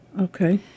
Okay